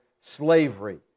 slavery